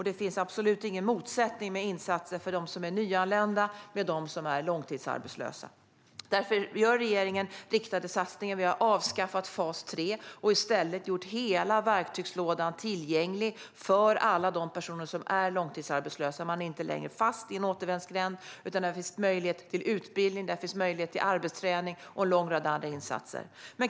Det finns absolut ingen motsättning mellan insatser för dem som är nyanlända och dem som är långtidsarbetslösa. Därför gör regeringen riktade insatser. Vi har avskaffat fas 3 och i stället gjort hela verktygslådan tillgänglig för alla de personer som är långtidsarbetslösa. Man är inte längre fast i en återvändsgränd, utan det finns möjligheter till utbildning, arbetsträning och en lång rad insatser.